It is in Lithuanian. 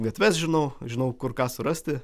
gatves žinau žinau kur ką surasti